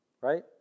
right